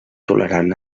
tolerant